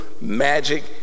magic